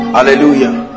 Hallelujah